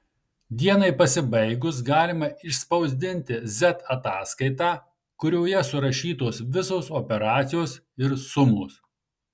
dienai pasibaigus galima išspausdinti z ataskaitą kurioje surašytos visos operacijos ir sumos